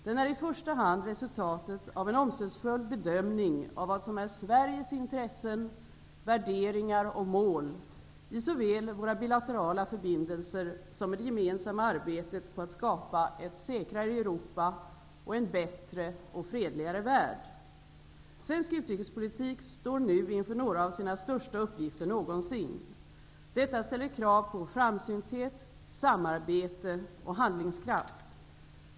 Den är i första hand resultatet av en omsorgsfull bedömning av vad som är Sveriges intressen, värderingar och mål, i såväl våra bilaterala förbindelser som i det gemensamma arbetet på att skapa ett säkrare Europa och en bättre och fredligare värld. Svensk utrikespolitik står nu inför några av sina största uppgifter någonsin. Detta ställer krav på framsynthet, samarbete och handlingskraft.